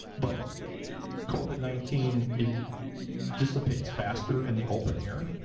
but covid nineteen yeah dissipates faster in the open air.